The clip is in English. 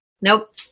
Nope